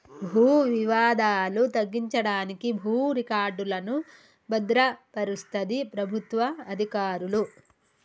భూ వివాదాలు తగ్గించడానికి భూ రికార్డులను భద్రపరుస్తది ప్రభుత్వ అధికారులు